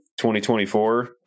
2024